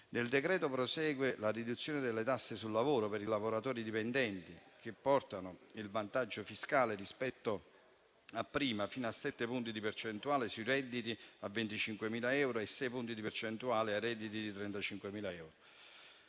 nel decreto prosegue la riduzione delle tasse sul lavoro per i lavoratori dipendenti, portando il vantaggio fiscale rispetto a prima fino a 7 punti percentuali sui redditi fino a 25.000 euro e a 6 punti percentuali sui redditi fino a 35.000 euro.